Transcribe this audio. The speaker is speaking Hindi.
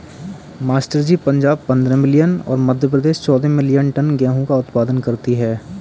मास्टर जी पंजाब पंद्रह मिलियन और मध्य प्रदेश चौदह मिलीयन टन गेहूं का उत्पादन करती है